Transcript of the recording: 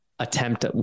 attempt